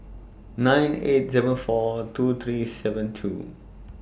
nine eight seven four two three seven two